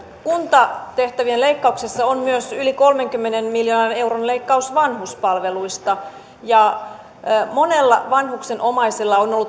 kuntatehtävien leikkauksissa on myös yli kolmenkymmenen miljoonan euron leikkaus vanhuspalveluista monella vanhuksen omaisella on